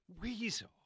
Weasel